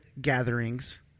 gatherings